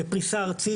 בפריסה ארצית,